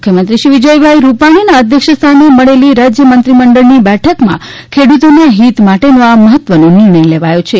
મુખ્યમંત્રીશ્રી વિજયભાઇ રૂપાણીના અધ્યક્ષસ્થાને મળેલી રાજય મંત્રીમંડળની બેઠકમાં ખેડૂતોના હિત માટેનો આ મહત્વનો નિર્ણય લેવાથો છે